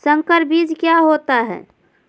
संकर बीज क्या होता है?